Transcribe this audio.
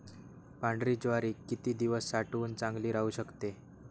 पांढरी ज्वारी किती दिवस साठवून चांगली राहू शकते?